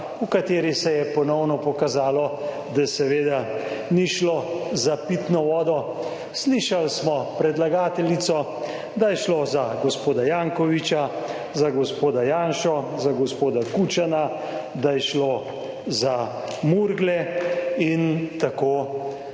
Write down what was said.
v kateri se je ponovno pokazalo, da seveda ni šlo za pitno vodo. Slišali smo predlagateljico, da je šlo za gospoda Jankovića, za gospoda Janšo, za gospoda Kučana, da je šlo za Murgle in tako